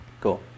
cool